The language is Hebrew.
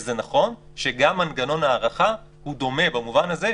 וזה נכון שגם מנגנון ההארכה דומה במובן הזה,